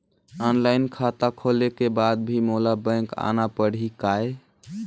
Online खाता खोले के बाद भी मोला बैंक आना पड़ही काय?